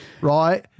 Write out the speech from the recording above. right